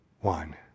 one